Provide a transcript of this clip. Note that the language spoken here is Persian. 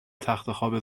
تختخواب